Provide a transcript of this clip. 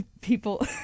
people